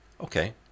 okay